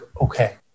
okay